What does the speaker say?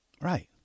Right